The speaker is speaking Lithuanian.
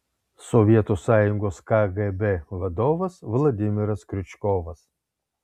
sovietų sąjungos kgb vadovas vladimiras kriučkovas